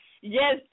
Yes